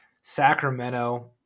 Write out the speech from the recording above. Sacramento